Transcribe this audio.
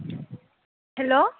hello